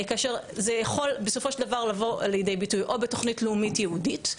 זה יכול בסופו של דבר לבוא לידי ביטוי או בתוכנית לאומית ייעודית,